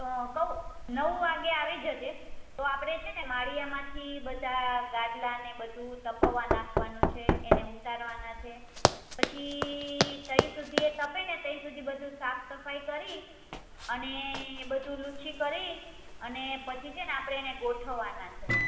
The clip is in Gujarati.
તો કહું નવ વાગ્યે આવી જજે તો આપણે છેને માળીયામાંથી બધા ગાદલાં ને બધું તપાવવા નાખવાનું છે એને ઉતારવાના છે પછી ત્યાં સુધી એ તપે ને ત્યાં સુધી બધું સાફ સફાઈ કરી અને એ બધું લૂછી કરી અને પછી છે ને આપણે એને ગોઠવવાના છે